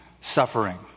suffering